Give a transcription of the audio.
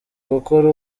gukora